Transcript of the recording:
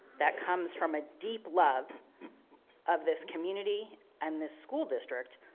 that comes from a deep love of this community and this school district,